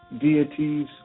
deities